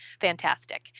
fantastic